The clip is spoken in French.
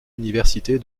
université